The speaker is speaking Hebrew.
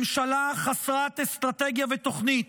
ממשלה חסרת אסטרטגיה ותוכנית,